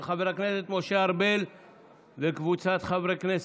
של חבר הכנסת משה ארבל וקבוצת חברי הכנסת.